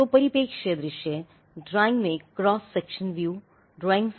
तो परिप्रेक्ष्य दृश्य ड्राइंग में क्रॉस सेक्शन व्यू हैं